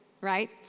right